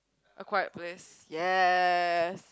a quiet pace yes